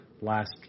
last